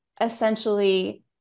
essentially